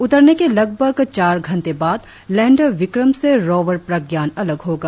उतरने के लगभग चार घंटे बाद लैंडर विक्रम से रोवर प्रज्ञान अलग होगा